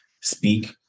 speak